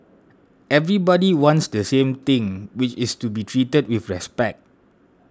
everybody wants the same thing which is to be treated with respect